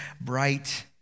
bright